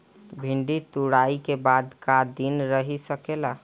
भिन्डी तुड़ायी के बाद क दिन रही सकेला?